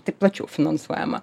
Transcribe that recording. tik plačiau finansuojama